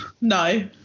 No